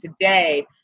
today